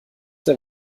der